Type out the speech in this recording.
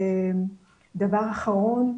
דבר אחרון,